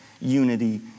unity